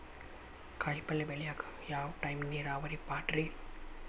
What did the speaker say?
ಕಾಯಿಪಲ್ಯ ಬೆಳಿಯಾಕ ಯಾವ ಟೈಪ್ ನೇರಾವರಿ ಪಾಡ್ರೇ?